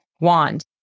Wand